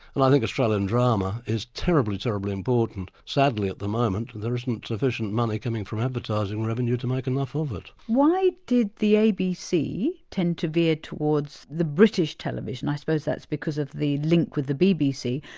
and i think australian drama is terribly, terribly important. sadly at the moment there isn't sufficient money coming from advertising revenue to make enough of it. why did the abc tend to veer towards british television? i suppose that's because of the link with the bbc,